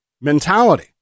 mentality